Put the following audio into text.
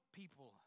people